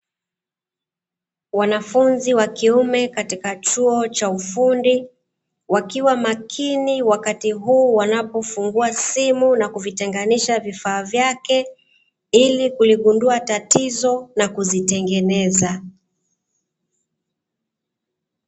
Wanafunzi wakiume katika chuo cha ufundi, wakiwa makini wakati huu wanapofungua simu na kuvitenganisha vifaa vyake ilikuligundua tatizo na kulitengeneza.